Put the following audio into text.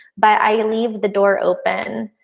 but i leave the door open.